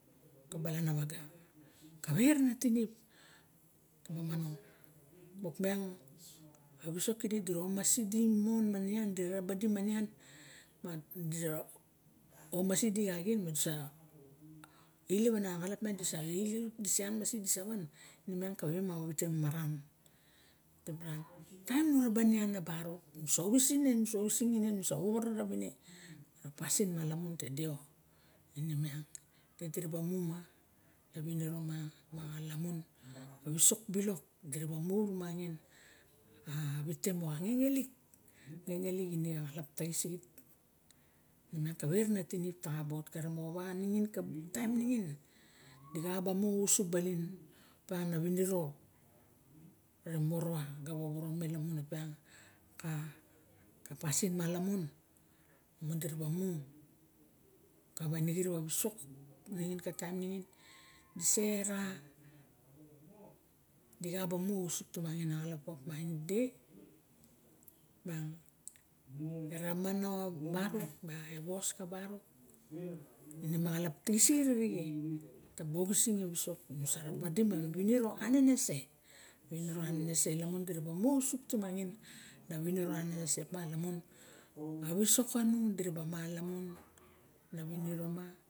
Kabalana waga kawe nana tinip taba manong ma opmiang a wisok kide dira omisi di man ma man madira raba di ma nian a barok nu sa oxis ine musa woworo rawine pasin malamun sa oxis ine nusa woworo rawine pasin malamun te de ine miang ok diraa mu ma na winiro miang a lamun a wisok silok dira mu rumang a wite wo ngengelik in a xalap taxin miang kawe rana tinip taxa va laxarup karen moxowa ningin kana time di xa ba mu ausup baling opiang ane winiro re morowa ga woworo me lamun opiang ka ka pasin malamun lamun dira ba ma kawa in xirip a wisok ningin ka tain ningin di sa er a dixa ba mu ausup tumangin ara xalap opa ide erama barok ma wos ka barok ine ma xalap tixisaxet arie taba oxising a wisok bu sa raba dima winiro anenese winiro anese lawun dira ba mu ausup tumangin ana winiro anenese ka wisok kanung dira ba mu ara winiso anenese